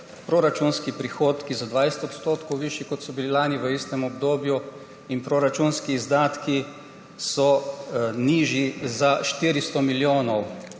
proračunski prihodki za 20 % višji, kot so bili lani v istem obdobju, in proračunski izdatki so nižji, 400 milijonov